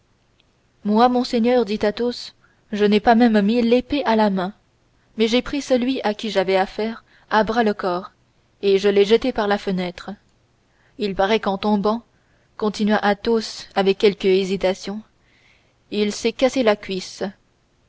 moi monseigneur dit athos je n'ai pas même mis l'épée à la main mais j'ai pris celui à qui j'avais affaire à bras-le-corps et je l'ai jeté par la fenêtre il paraît qu'en tombant continua athos avec quelque hésitation il s'est cassé la cuisse